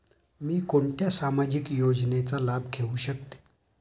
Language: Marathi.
मी कोणत्या सामाजिक योजनेचा लाभ घेऊ शकते?